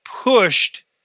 pushed